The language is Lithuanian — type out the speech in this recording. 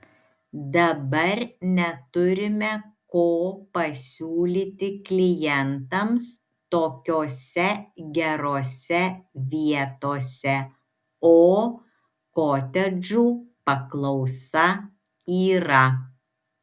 dabar neturime ko pasiūlyti klientams tokiose gerose vietose o kotedžų paklausa yra